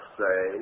say